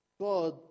God